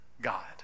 God